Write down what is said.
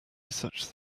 such